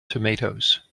tomatoes